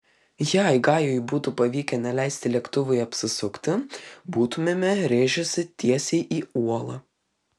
jei gajui būtų pavykę neleisti lėktuvui apsisukti būtumėme rėžęsi tiesiai į uolą